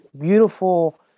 beautiful